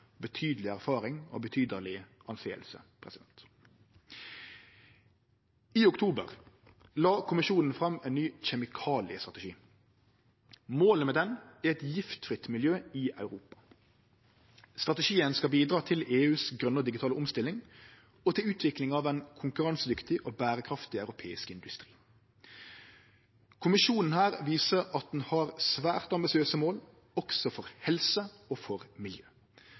betydeleg erfaring og betydeleg omdøme. I oktober la Kommisjonen fram ein ny kjemikaliestrategi. Målet med han er eit giftfritt miljø i Europa. Strategien skal bidra til EUs grøne og digitale omstilling og til utviklinga av ein konkurransedyktig og berekraftig europeisk industri. Kommisjonen viser her at ein har svært ambisiøse mål også for helse og miljø.